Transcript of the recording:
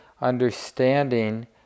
understanding